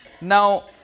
Now